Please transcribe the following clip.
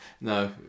No